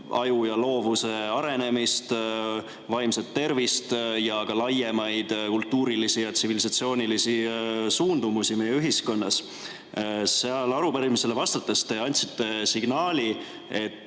aju ja loovuse arenemist, vaimset tervist ja ka laiemaid kultuurilisi ja tsivilisatsioonilisi suundumusi meie ühiskonnas. Siis arupärimisele vastates te andsite signaali, et